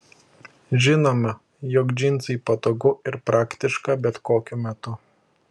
žinome jog džinsai patogu ir praktiška bet kokiu metu